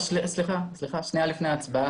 לפני ההצבעה.